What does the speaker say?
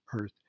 earth